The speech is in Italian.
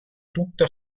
tutta